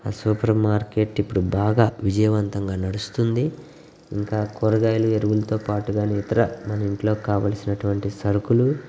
ఆ supermarket ఇప్పుడు బాగా విజయవంతంగా నడుస్తుంది ఇంకా కూరగాయలు ఎరువులతో పాటుగానితర మన ఇంట్లో కావలసినటువంటి సరుకులు